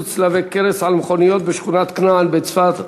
צלבי קרס על מכוניות בשכונת כנען בצפת.